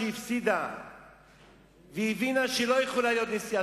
כשהיא הפסידה והבינה שהיא לא יכולה להיות נשיאה,